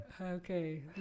Okay